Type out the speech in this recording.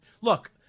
Look